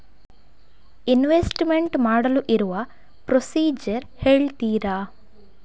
Investment ಮಾಡಲು ಇರುವ procedure ಹೇಳ್ತೀರಾ?